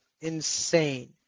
insane